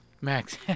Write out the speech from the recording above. Max